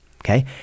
okay